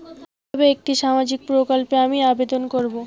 কিভাবে একটি সামাজিক প্রকল্পে আমি আবেদন করব?